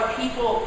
people